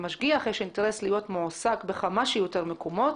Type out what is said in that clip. למשגיח יש אינטרס להיות מועסק בכמה שיותר מקומות